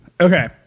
Okay